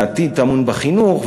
והעתיד טמון בחינוך,